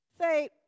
Say